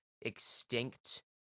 extinct